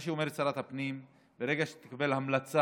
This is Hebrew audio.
מה שאומרת שרת הפנים: ברגע שהיא תקבל המלצה